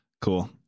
cool